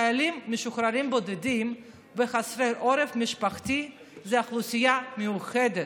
חיילים משוחררים בודדים וחסרי עורף משפחתי זו אוכלוסייה מיוחדת,